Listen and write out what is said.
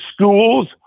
schools